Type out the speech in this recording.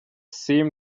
seem